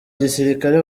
gisirikare